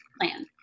plan